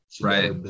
Right